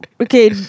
Okay